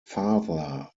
father